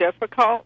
difficult